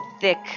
thick